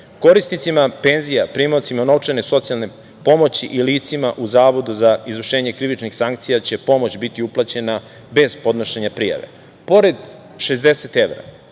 Korisnicima penzija, primaocima novčane socijalne pomoći i licima u Zavodu za izvršenje krivičnih sankcija će pomoć biti uplaćena bez podnošenja prijave.